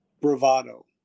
bravado